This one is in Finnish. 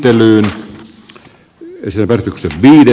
asian käsittely keskeytetään